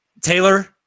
Taylor